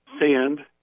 sand